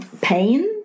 pain